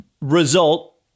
result